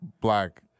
black